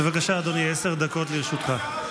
בבקשה, אדוני, עשר דקות לרשותך.